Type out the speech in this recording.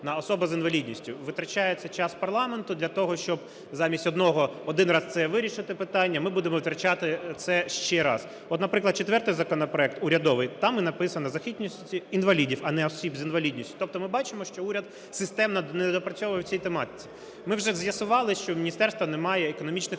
на особу з інвалідністю. Витрачається час парламенту для того, щоб замість одного, один раз це вирішити питання, ми будемо витрачати це ще раз. От наприклад, четвертий законопроект урядовий, там і написано "захищеність інвалідів", а не "осіб з інвалідністю". Тобто ми бачимо, що уряд системно недопрацьовує в цій тематиці. Ми вже з'ясували, що у міністерства немає економічних